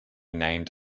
named